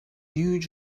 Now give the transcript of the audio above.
huge